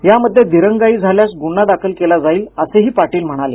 यामध्ये दिरंगाई झाल्यास गुन्हा दाखल केला जाईल असेही पाटील म्हणाले